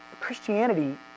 Christianity